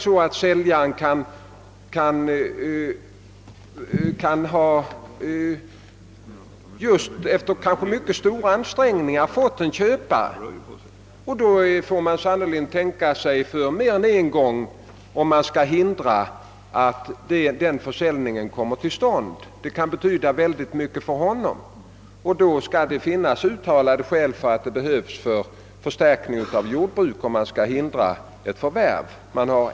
Säljaren har kanske efter mycket stora ansträngningar fått en köpare, och då får man sannerligen tänka sig för mer än en gång innan man hindrar att ifrågavarande försäljning kommer till stånd. Det kan betyda mycket för vedderbörande: och det skall föreligga uttalade skäl för att marken behövs för förstärkning av befintliga jordbruk om man skall hindra ett förvärv.